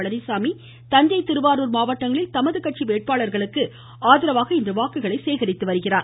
பழனிசாமி தஞ்சை திருவாரூர் மாவட்டங்களில் தமது கட்சி வேட்பாளர்களுக்கு ஆதரவாக இன்று வாக்குகளை சேகரித்து வருகிறார்